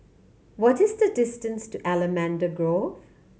what is the distance to Allamanda Grove